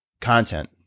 content